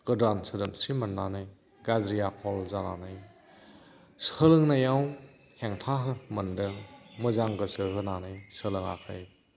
गोदान सोदोमस्रि मोननानै गाज्रि आखल जानानै सोलोंनायाव हेंथा मोनदों मोजां गोसो होनानै सोलोङाखै